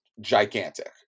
gigantic